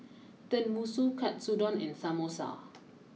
Tenmusu Katsudon and Samosa